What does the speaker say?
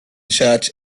church